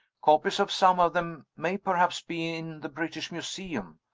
copies of some of them may perhaps be in the british museum.